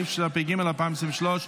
התשפ"ג 2023,